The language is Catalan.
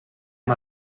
amb